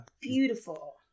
beautiful